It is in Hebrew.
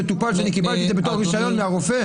מטופל, שאני קיבלתי את זה בתור רישיון מהרופא.